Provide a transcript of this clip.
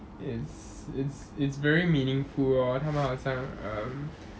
is is is very meaningful lor 他们好像 um